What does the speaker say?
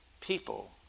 people